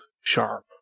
sharp